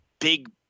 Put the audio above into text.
big